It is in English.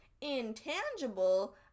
intangible